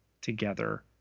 together